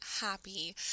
happy